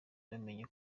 bamenye